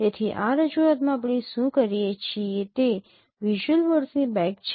તેથી આ રજૂઆતમાં આપણે શું કરીએ છીએ તે વિઝ્યુઅલ વર્ડસની બેગ છે